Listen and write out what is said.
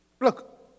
Look